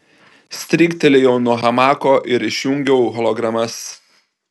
stryktelėjau nuo hamako ir išjungiau hologramas